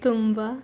ತುಂಬ